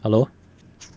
hello